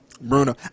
Bruno